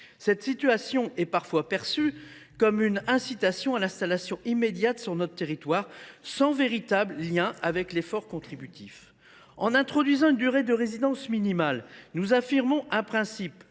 Cette situation est parfois perçue comme une incitation à l’installation immédiate sur notre territoire, sans véritable lien avec l’effort contributif. En introduisant une durée de résidence minimale, nous affirmons un principe